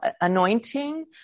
anointing